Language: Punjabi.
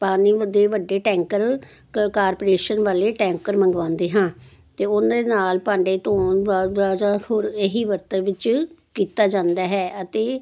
ਪਾਣੀ ਦੇ ਵੱਡੇ ਟੈਂਕਰ ਕਲ ਕਾਰਪੋਰੇਸ਼ਨ ਵਾਲੇ ਟੈਂਕਰ ਮੰਗਵਾਉਂਦੇ ਹਾਂ ਅਤੇ ਉਹਦੇ ਨਾਲ ਭਾਂਡੇ ਧੋਣ ਹੋਰ ਇਹੀ ਵਰਤਣ ਵਿੱਚ ਕੀਤਾ ਜਾਂਦਾ ਹੈ ਅਤੇ